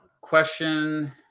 question